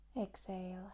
exhale